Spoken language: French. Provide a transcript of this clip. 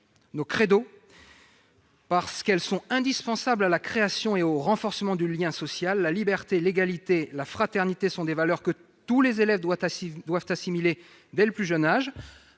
notre credo. Parce qu'elles sont indispensables à la création et au renforcement du lien social, la liberté, l'égalité et la fraternité sont des valeurs que tous les élèves doivent assimiler dès le plus jeune âge.